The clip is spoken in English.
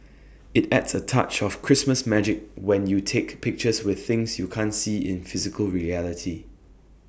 IT adds A touch of Christmas magic when you take pictures with things you can't see in physical reality